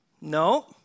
No